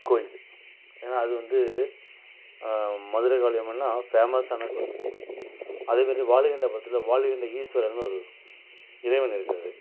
கோயில் ஏன்னால் அது வந்து மதுர காளியம்மன்னால் ஃபேமஸ்சான கோயில் அதுமாரி வாலிகண்டபுரத்தில் வாலிகண்ட ஈஸ்வரன்னு ஒரு இறைவன் இருக்கிறாரு